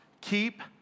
keep